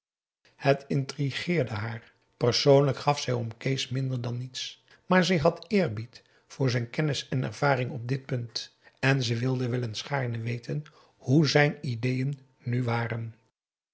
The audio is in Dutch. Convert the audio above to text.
het intrigeerde haar persoonlijk gaf zij om kees minder dan niets maar zij had eerbied voor zijn kennis en ervaring op dit punt en ze wilde wel eens gaarne weten hoe zijn ideeën nu waren